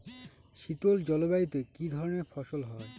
শীতল জলবায়ুতে কি ধরনের ফসল হয়?